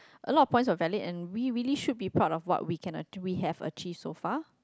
a lot of points are valid and we really should be proud of what we can we have achieve so far